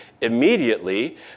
immediately